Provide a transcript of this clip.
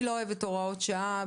אני לא אוהבת הוראות שעה,